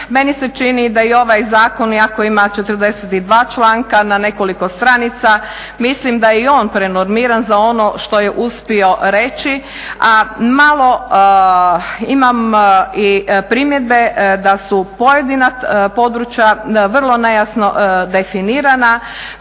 meni se čini da i ovaj zakon iako ima 42 članka na nekoliko stranica mislim da je i on prenormiran za ono što je uspio reći, a malo imam i primjedbe da su pojedina područja vrlo nejasno definirana,